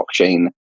blockchain